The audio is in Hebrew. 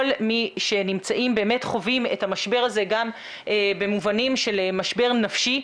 מי שנמצאים וחווים את המשבר הזה גם במובנים של משבר נפשי.